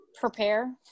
prepare